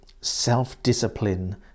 self-discipline